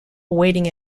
awaiting